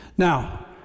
Now